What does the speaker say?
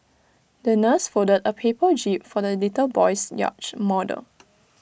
the nurse folded A paper jib for the little boy's yacht model